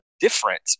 different